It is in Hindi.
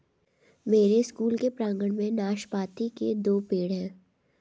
मेरे स्कूल के प्रांगण में नाशपाती के दो पेड़ हैं